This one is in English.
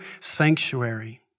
sanctuary